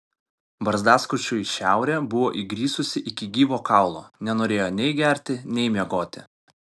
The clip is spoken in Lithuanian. barzdaskučiui šiaurė buvo įgrisusi iki gyvo kaulo nenorėjo nei gerti nei miegoti